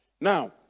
Now